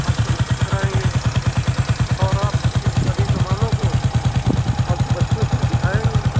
आपकी भुकिंग कराएंगे और आप सबकी सभी समानों को आपके बच्चों को दिखाएंगे